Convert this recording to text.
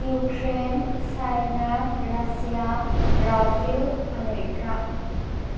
Ukraine China Russia Brazil America